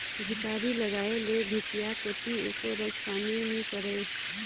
झिपारी लगाय ले भीतिया कोती एको रच पानी नी परय